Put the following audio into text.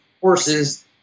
horses